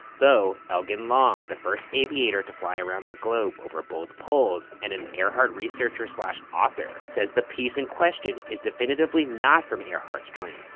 though elgen long, the first aviator to fly around the globe over both poles and an earhart researcher so author author says the piece in question is definitively not from earhart's plane.